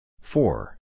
Four